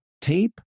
Tape